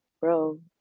bro